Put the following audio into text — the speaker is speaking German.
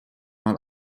mal